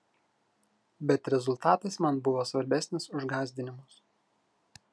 bet rezultatas man buvo svarbesnis už gąsdinimus